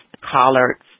collards